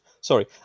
Sorry